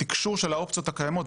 התקשור של האופציות הקיימות,